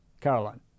Caroline